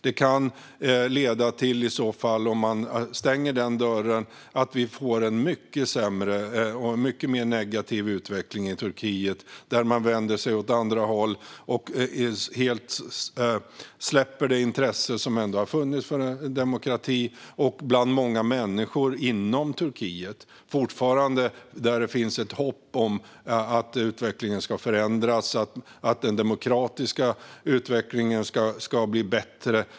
Om man stänger den dörren kan det leda till att vi får en mycket sämre och negativare utveckling i Turkiet, där man vänder sig åt andra håll och helt släpper det intresse för demokrati som ändå har funnits. Hos många människor i Turkiet finns det fortfarande ett hopp om att utvecklingen ska förändras och att den demokratiska utvecklingen ska bli bättre.